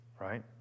right